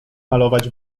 malować